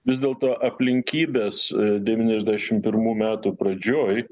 vis dėlto aplinkybės devyniasdešimt pirmų metų pradžioj